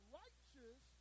righteous